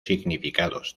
significados